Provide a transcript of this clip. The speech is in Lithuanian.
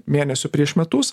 mėnesiu prieš metus